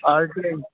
art lane